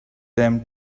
them